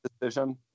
decision